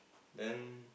then